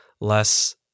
less